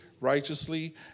righteously